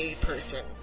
person